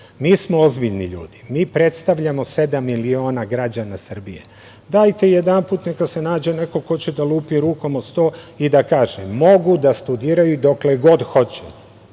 smo ozbiljni ljudi, mi predstavljamo sedam miliona građana Srbije. Dajte jedanput neka se nađe neko ko će da lupi rukom od sto i da kaže – mogu da studiraju dokle god hoće